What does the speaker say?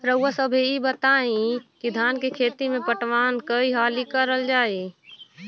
रउवा सभे इ बताईं की धान के खेती में पटवान कई हाली करल जाई?